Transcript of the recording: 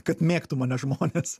kad mėgtų mane žmonės